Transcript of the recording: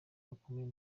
bakomeye